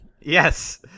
Yes